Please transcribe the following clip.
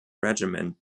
regiment